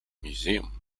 museum